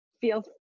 feel